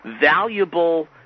valuable